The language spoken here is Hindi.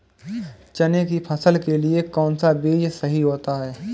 चने की फसल के लिए कौनसा बीज सही होता है?